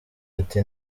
ati